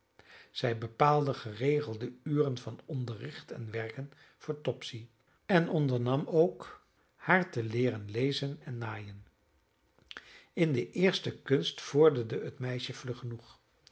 zij bepaalde geregelde uren van onderricht en werken voor topsy en ondernam ook haar te leeren lezen en naaien in de eerste kunst vorderde het meisje vlug genoeg